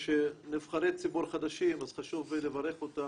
שיש פתרונות מקצועיים שגם הוצגו כאן.